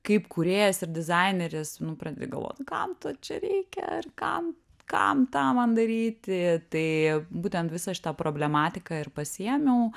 kaip kūrėjas ir dizaineris nu pradedi galvoti kam to čia reikia ir kam kam tą man daryti tai būtent visą šitą problematiką ir pasiėmiau